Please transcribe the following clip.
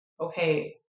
okay